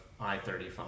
i-35